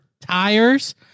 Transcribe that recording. tires